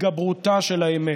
התגברותה של האמת,